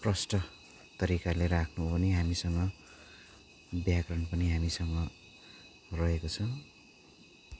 प्रष्ट तरिकाले राख्नु हो भने हामीसँग व्याकरण पनि हामीसँग रहेको छ